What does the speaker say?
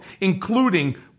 including